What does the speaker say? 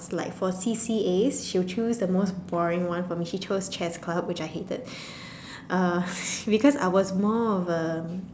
like for C_C_As she will choose the most boring one for me she chose chess-club which I hated uh because I was more of a